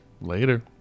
later